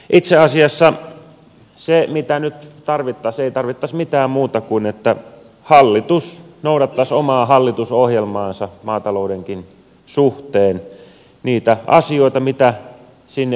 itse asiassa nyt ei tarvittaisi mitään muuta kuin että hallitus noudattaisi omaa hallitusohjelmaansa maataloudenkin suhteen niitä asioita mitä sinne on kirjattu